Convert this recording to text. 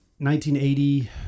1980